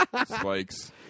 Spikes